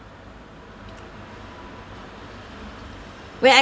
when I